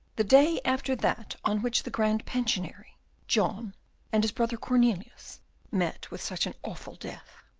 the day after that on which the grand pensionary john and his brother cornelius met with such an awful death.